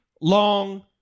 long